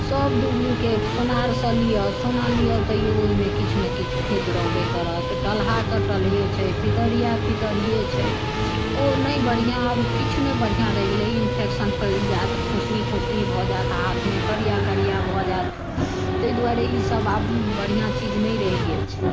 सभ डुप्लिकेट सोनारसँ लिअ सोना लिअ तैयो ओहिमे किछुने किछु फेँट रहबे करत टलहा तऽ टलहे छै पितरिया पितरिये छै ओ नहि बढ़िआँ आब किछु नहि बढ़िआँ रहि गेलै इन्फेक्शन फैल जायत फोँसरी फोँसरी भऽ जायत हाथमे करिया करिया भऽ जायत ताहि दुआरे ईसभ आब बढ़िआँ चीज नहि रहि गेल छै